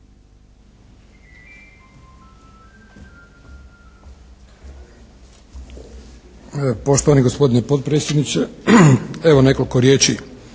Poštovani gospodine potpredsjedniče, evo nekoliko riječi